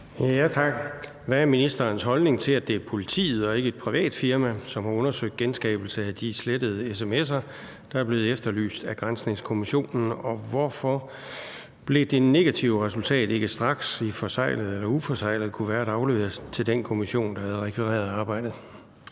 (V): Tak. Hvad er ministerens holdning til, at det er politiet og ikke et privat firma, som har undersøgt genskabelse af de slettede sms’er, der er blevet efterlyst af granskningskommissionen, og hvorfor blev det negative resultat ikke straks – i forseglet eller uforseglet kuvert – afleveret til den kommission, der havde rekvireret arbejdet?